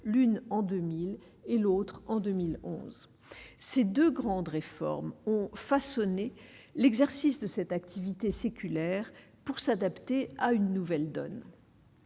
l'une en 2000 et l'autre en 2011, ces 2 grandes réformes ont façonné l'exercice de cette activité séculaire pour s'adapter à une nouvelle donne.